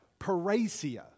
parasia